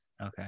Okay